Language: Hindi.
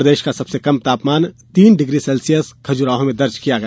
प्रदेश का सबसे कम तापमान तीन डिग्री सेल्सियस खजुराहो में दर्ज किया गया